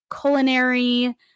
culinary